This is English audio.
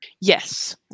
Yes